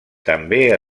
també